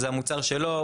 זה המוצר שלו,